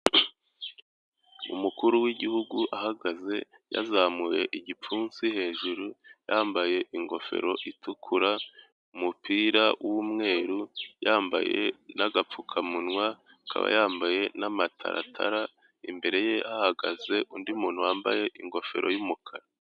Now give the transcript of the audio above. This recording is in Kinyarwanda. Umukuru w'igihugu ahagaze yazamuye igipfunsi hejuru, yambaye ingofero itukura, umupira w'umweru yambaye n'agapfukamunwa, akaba yambaye n'amataratara, imbere ye hahagaze undi muntu wambaye ingofero y'umukara.